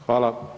Hvala.